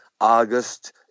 August